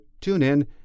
TuneIn